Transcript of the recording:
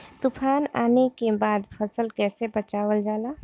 तुफान आने के बाद फसल कैसे बचावल जाला?